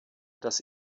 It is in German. das